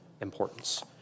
importance